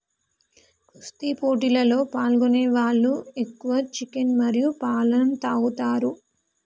కుస్తీ పోటీలలో పాల్గొనే వాళ్ళు ఎక్కువ చికెన్ మరియు పాలన తాగుతారు